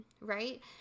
right